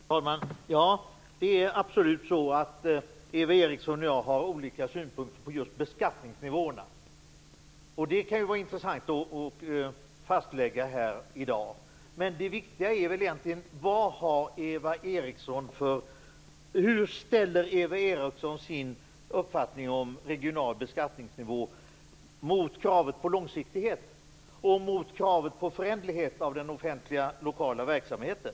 Herr talman! Ja, det är absolut så att Eva Eriksson och jag har olika synpunkter på just beskattningsnivåerna, och det kan ju vara intressant att fastlägga här i dag. Men det viktiga är väl egentligen hur Eva Eriksson ställer sin uppfattning om regional beskattningsnivå mot kravet på långsiktighet och mot kravet på föränderlighet av den offentliga lokala verksamheten.